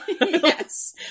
Yes